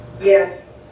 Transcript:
Yes